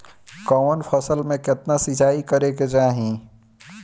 कवन फसल में केतना सिंचाई करेके चाही?